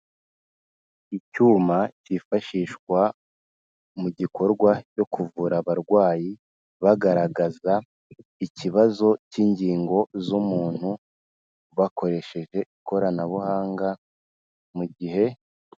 Icyuma cyifashishwa mu gikorwa cyo kuvura abarwayi, bagaragaza ikibazo cy'ingingo z'umuntu, bakoresheje ikoranabuhanga mu gihe